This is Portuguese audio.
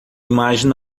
imagem